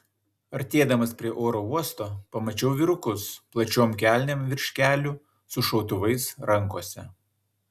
artėdamas prie oro uosto pamačiau vyrukus plačiom kelnėm virš kelių su šautuvais rankose